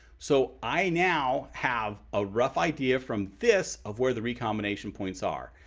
so i now have a rough idea from this of where the recombination points are.